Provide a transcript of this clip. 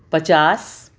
پچاس